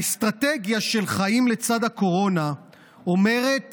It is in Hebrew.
האסטרטגיה של חיים לצד הקורונה אומרת